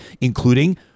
including